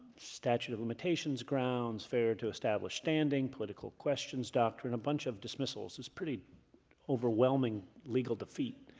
statute of limitations grounds, failure to establish standing, political questions doctrine, a bunch of dismissals was pretty overwhelming legal defeat